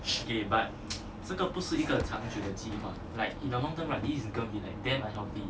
这个不是一个长期的计划:zhe bu shi yi ge chang qi de ji hua like none of them are these competing again